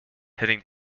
heading